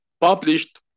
published